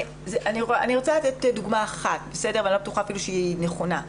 אני רוצה לתת דוגמה אחת ואני אפילו לא בטוחה שהיא נכונה.